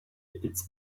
its